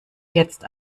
jetzt